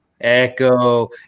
echo